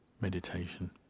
meditation